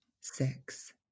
six